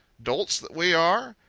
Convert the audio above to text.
dolts that we are!